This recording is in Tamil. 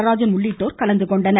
நடராஜன் உள்ளிட்டோர் கலந்து கொண்டனர்